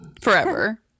Forever